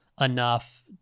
enough